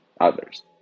others